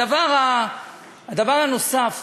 הדבר הנוסף